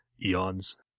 eons